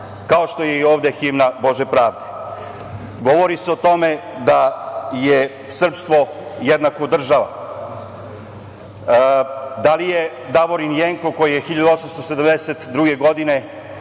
kao što je i ovde himna „Bože pravde“.Govori se o tome da je srpstvo jednako država. Da li je Davorin Jenko, koji je 1872. godine